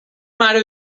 mare